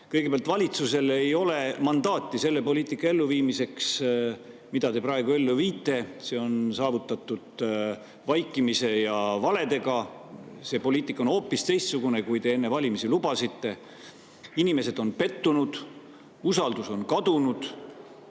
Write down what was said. saada. Kõigepealt, valitsusel ei ole mandaati selle poliitika elluviimiseks, mida te praegu ellu viite. See on saavutatud vaikimise ja valedega, see poliitika on hoopis teistsugune, kui te enne valimisi lubasite. Inimesed on pettunud, usaldus on kadunud,